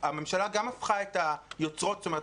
הממשלה גם הפכה את היוצרות זאת אומרת,